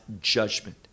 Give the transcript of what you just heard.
judgment